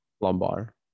lumbar